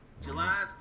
July